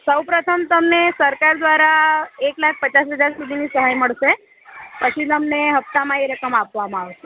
સૌપ્રથમ તમને સરકાર દ્વારા એક લાખ પચાસ હજાર સુધીની સહાય મળશે પછી તમને હપ્તામાં એ રકમ આપવામાં આવશે